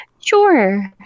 sure